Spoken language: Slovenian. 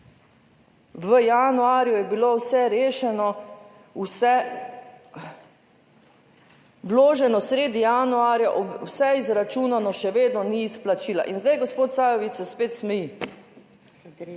V januarju je bilo vse rešeno, vse vloženo, sredi januarja vse izračunano, še vedno ni izplačila in zdaj gospod Sajovic se spet smeji.